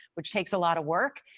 which takes a lot of work.